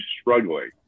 struggling